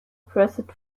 pressed